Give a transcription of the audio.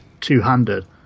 two-handed